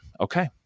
okay